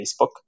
Facebook